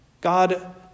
God